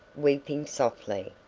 weeping softly.